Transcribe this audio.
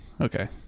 Okay